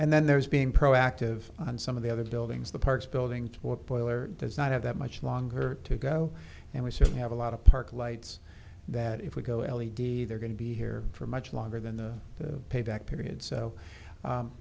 and then there is being proactive on some of the other buildings the parks building what boiler does not have that much longer to go and we certainly have a lot of park lights that if we go early d they're going to be here for much longer than the payback period so